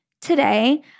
today